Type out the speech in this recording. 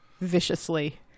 Viciously